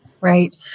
right